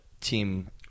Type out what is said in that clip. team